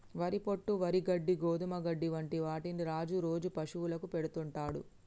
వరి పొట్టు, వరి గడ్డి, గోధుమ గడ్డి వంటి వాటిని రాజు రోజు పశువులకు పెడుతుంటాడు